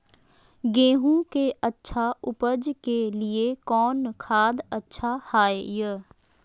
गेंहू के अच्छा ऊपज के लिए कौन खाद अच्छा हाय?